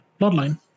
bloodline